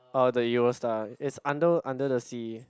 oh the Eurostar is under under the sea